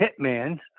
hitman